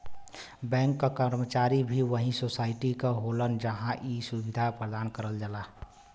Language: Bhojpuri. बैंक क कर्मचारी भी वही सोसाइटी क होलन जहां इ सुविधा प्रदान करल जाला